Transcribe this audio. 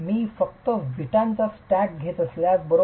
मी फक्त विटांचा स्टॅक घेत असल्यास बरोबर